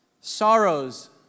Sorrows